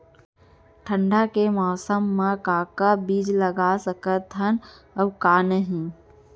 ठंडा के मौसम मा का का बीज लगा सकत हन अऊ का नही?